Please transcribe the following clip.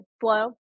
flow